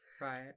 Right